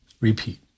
Repeat